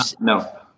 no